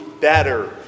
better